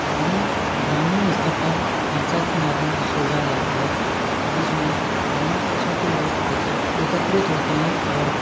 वहीं ग्रामीण स्तर पर पंचायत के माध्यम से सुलझाया जाता है जिसमें दोनों पक्षों के लोग एकत्रित होते हैं और